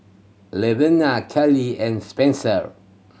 Levina Keely and Spenser